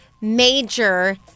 major